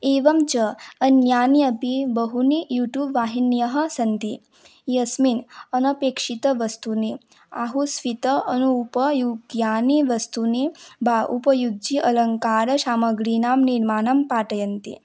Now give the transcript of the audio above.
एवं च अन्यानि अपि बहूनि यूटूब् वाहिन्यः सन्ति यस्मिन् अनपेक्षितं वस्तूनि आहूस्वित अनूपयुक्तानि वस्तूनि वा उपयुज्य अलङ्कारसामग्रीणां निर्माणं पाठयन्ति